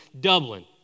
Dublin